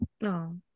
no